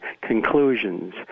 conclusions